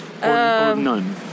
none